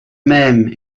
même